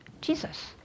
Jesus